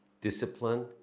discipline